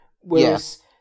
Whereas